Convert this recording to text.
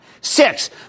Six